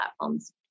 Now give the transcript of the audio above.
platforms